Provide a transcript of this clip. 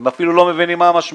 הם אפילו לא מבינים מה המשמעות.